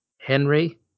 Henry